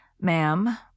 Ma'am